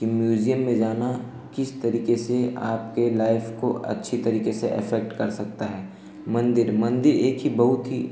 कि म्यूज़ियम में जाना किस तरीके से आपकी लाइफ़ को अच्छी तरीके से इफ़ेक्ट कर सकता है मन्दिर मन्दिर एक ही बहुत ही